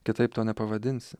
kitaip to nepavadinsi